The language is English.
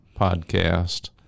podcast